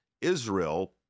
Israel